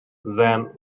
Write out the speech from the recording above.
then